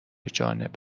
جانب